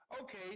okay